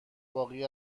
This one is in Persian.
باقی